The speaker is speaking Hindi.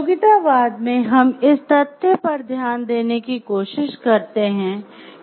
उपयोगितावाद में हम इस तथ्य पर ध्यान देने की कोशिश करते हैं